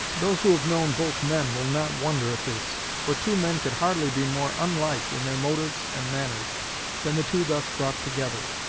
those who have known both men will not wonder at this for two men could hardly be more unlike in their motives and manners than the two thus brought together.